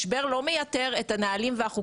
משבר לא מייתר את הנהלים והחוקים.